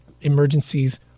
emergencies